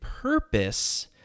purpose